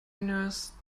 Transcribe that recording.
nurse